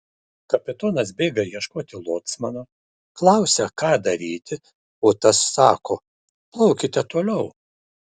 kapitonas bėga ieškoti locmano klausia ką daryti o tas sako plaukite toliau